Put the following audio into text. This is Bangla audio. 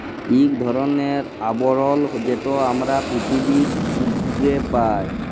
ইক ধরলের আবরল যেট আমরা পিথিবীর উপ্রে পাই